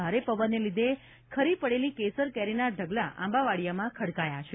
ભારે પવનને લીધે ખરી પડેલી કેસર કેરીના ઢગલા આંબાવાડિયામાં ખડકાયા છે